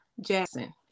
Jackson